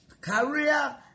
career